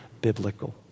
biblical